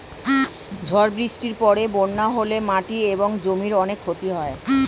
ঝড় বৃষ্টির পরে বন্যা হলে মাটি এবং জমির অনেক ক্ষতি হয়